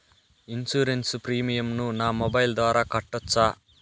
Insurance premium ను నా mobile ద్వారా కట్టొచ్చా?